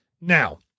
Now